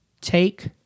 take